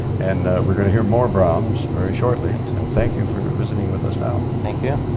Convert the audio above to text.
and we're gonna hear more brahms very shortly and thank you for visiting with us now thank you